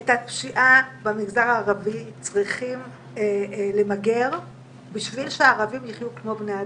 את הפשיעה במגזר הערבי צריכים למגר בשביל שהערבים יחיו כמו בני אדם.